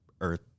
earth